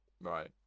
Right